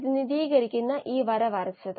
വിശദാംശങ്ങളിലേക്ക് കടക്കരുത്